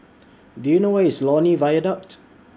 Do YOU know Where IS Lornie Viaduct